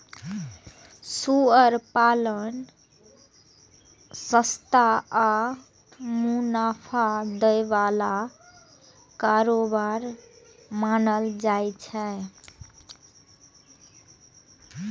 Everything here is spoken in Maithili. सुअर पालन सस्ता आ मुनाफा दै बला कारोबार मानल जाइ छै